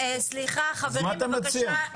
סליחה חברים, בבקשה.